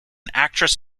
actress